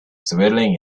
swirling